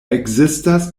ekzistas